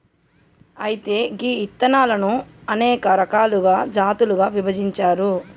అయితే గీ ఇత్తనాలను అనేక రకాలుగా జాతులుగా విభజించారు